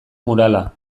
murala